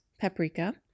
paprika